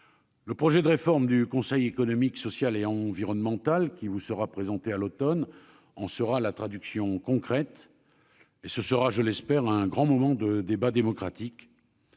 Le projet de réforme du Conseil économique, social et environnemental (CESE) qui vous sera présenté à l'automne en sera la traduction concrète. Ce sera, je l'espère, un grand moment de débat démocratique,